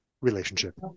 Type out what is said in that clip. relationship